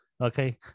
Okay